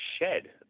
shed